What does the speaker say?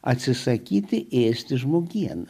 atsisakyti ėsti žmogieną